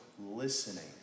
listening